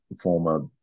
former